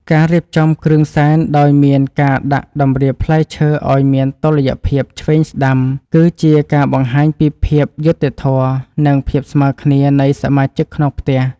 ការរៀបចំគ្រឿងសែនដោយមានការដាក់តម្រៀបផ្លែឈើឱ្យមានតុល្យភាពឆ្វេងស្ដាំគឺជាការបង្ហាញពីភាពយុត្តិធម៌ និង ភាពស្មើគ្នានៃសមាជិកក្នុងផ្ទះ។